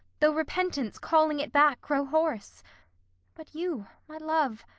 though repentance calling it back grow hoarse but you, my love,